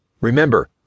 Remember